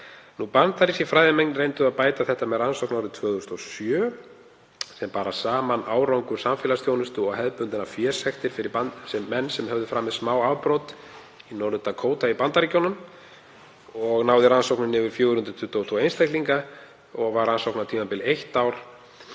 Bandarískir fræðimenn reyndu að bæta þetta með rannsókn árið 2007 sem bar saman árangur samfélagsþjónustu og hefðbundinna fésekta fyrir menn sem höfðu framið smáafbrot í Norður-Dakóta í Bandaríkjunum og náði rannsóknin yfir 422 einstaklinga og var rannsóknartímabilið eitt ár.